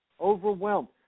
Overwhelmed